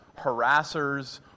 harassers